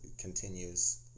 continues